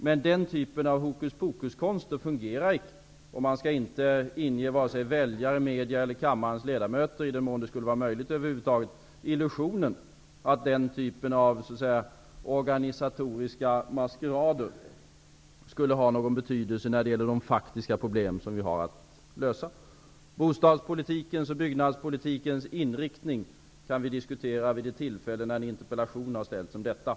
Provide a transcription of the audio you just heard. Men den typen av hokus pokuskonster fungerar inte. Man skall inte inge vare sig media, allmänhet eller kammarens ledamöter -- i den mån det över huvud taget skulle vara möjligt -- illusionen att den typen av organisatoriska maskerader skulle ha någon betydelse när det gäller de faktiska problem som vi har att lösa. Bostadspolitikens och byggnadspolitikens inriktning kan vi diskutera vid ett tillfälle när en interpellation har framställts om detta.